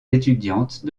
étudiantes